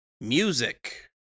Music